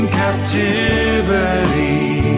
captivity